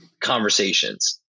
conversations